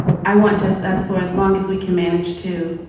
i want just us for as long as we can manage to.